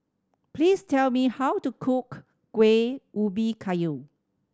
please tell me how to cook Kuih Ubi Kayu